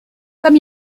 comme